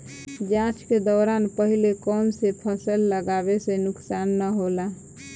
जाँच के दौरान पहिले कौन से फसल लगावे से नुकसान न होला?